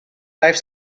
live